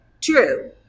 True